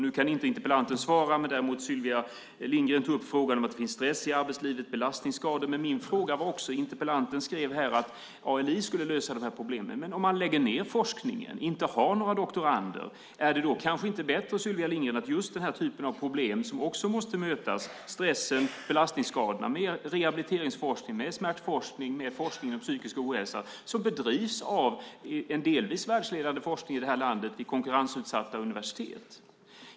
Nu kan inte interpellanten svara men däremot Sylvia Lindgren. Hon tog upp frågan om att det finns stress och belastningsskador i arbetslivet. Interpellanten skrev att ALI skulle lösa de här problemen. Men om man lägger ned forskningen och inte har några doktorander, är det då inte bättre, Sylvia Lindgren, att just den här typen av problem, stressen och belastningsskadorna, möts med rehabiliteringsforskning, smärtforskning och forskning om psykisk ohälsa som bedrivs av en delvis världsledande forskning i det här landet vid konkurrensutsatta universitet?